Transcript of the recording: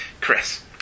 Chris